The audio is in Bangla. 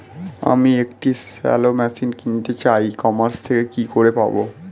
আমি একটি শ্যালো মেশিন কিনতে চাই ই কমার্স থেকে কি করে পাবো?